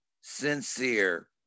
sincere